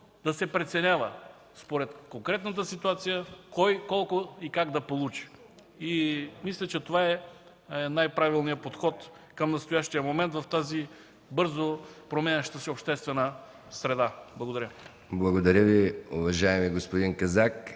да се преценява според конкретната ситуация – кой, колко и как да получи. Мисля, че това е най-правилният подход към настоящия момент, в тази бързо променяща се обществена среда. Благодаря.